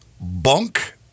Bunk